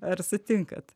ar sutinkat